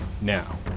Now